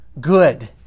good